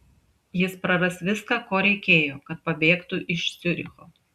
jis praras viską ko reikėjo kad pabėgtų iš ciuricho